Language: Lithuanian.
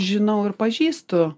žinau ir pažįstu